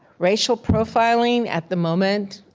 racial profiling, at the moment,